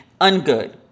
ungood